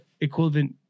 equivalent